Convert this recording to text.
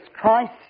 Christ